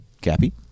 Cappy